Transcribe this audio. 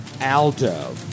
Aldo